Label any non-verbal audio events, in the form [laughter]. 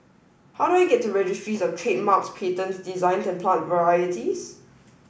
how do I get to Registries Of Trademarks Patents [unintelligible] and Plant Varieties